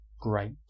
great